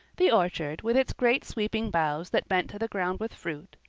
the orchard, with its great sweeping boughs that bent to the ground with fruit,